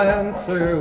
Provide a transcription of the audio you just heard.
answer